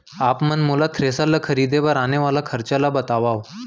आप मन मोला थ्रेसर ल खरीदे बर आने वाला खरचा ल बतावव?